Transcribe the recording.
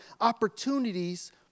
opportunities